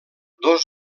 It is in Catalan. dos